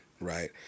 right